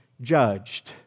judged